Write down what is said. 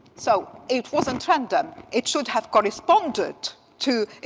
so it wasn't random. it should have corresponded to,